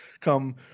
come